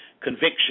conviction